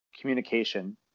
communication